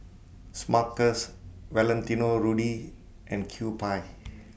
Smuckers Valentino Rudy and Kewpie